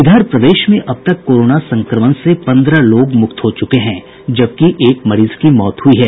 इधर प्रदेश में अब तक कोरोना संक्रमण से पन्द्रह लोग मुक्त हो चुके हैं जबकि एक मरीज की मौत हुई है